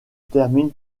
termine